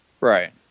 right